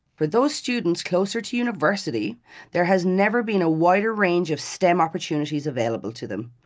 for those students closer to university there has never been a wider range of stem opportunities available to them.